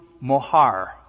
mohar